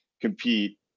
compete